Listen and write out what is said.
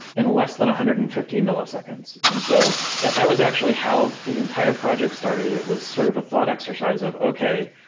in less than one hundred and fifty milliseconds. and so that that was actually how the entire project started. it was sort of a thought exercise of, okay.